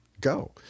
Go